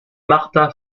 martha